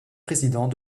président